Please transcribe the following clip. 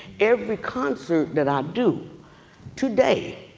every concert that i do today,